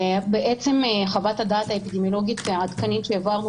בעצם חוות הדעת האפידמיולוגית העדכנית שהעברנו